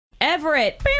Everett